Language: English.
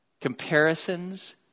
Comparisons